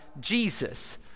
Jesus